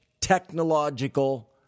technological